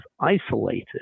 isolated